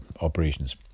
operations